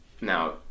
now